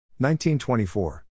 1924